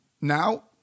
Now